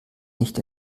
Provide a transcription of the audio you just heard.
nicht